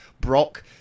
Brock